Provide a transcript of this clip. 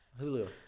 Hulu